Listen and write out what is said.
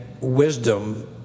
wisdom